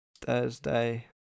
Thursday